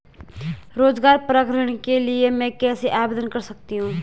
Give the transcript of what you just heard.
रोज़गार परक ऋण के लिए मैं कैसे आवेदन कर सकतीं हूँ?